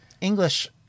English